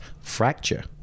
fracture